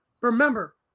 Remember